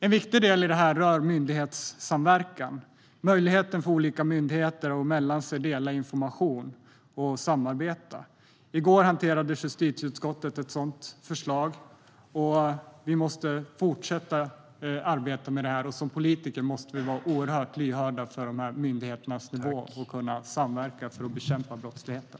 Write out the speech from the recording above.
En viktig del i detta rör myndighetssamverkan, möjligheten för olika myndigheter att mellan sig dela information och samarbeta. I går hanterades i justitieutskottet ett sådant förslag. Vi måste fortsätta att arbeta med det. Som politiker måste vi vara mycket lyhörda för de här myndigheternas behov av att kunna samverka för att bekämpa brottsligheten.